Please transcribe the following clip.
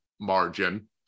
margin